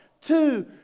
two